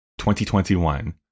2021